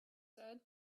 said